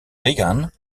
reagan